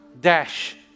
dash